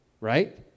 right